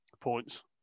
points